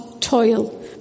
toil